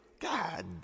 God